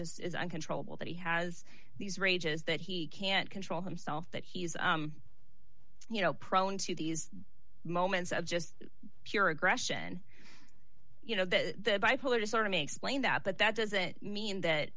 just uncontrollable that he has these rages that he can't control himself that he's you know prone to these moments of just pure aggression you know that bipolar disorder me explain that but that doesn't mean that